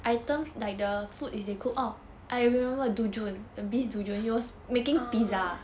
ah